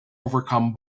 overcome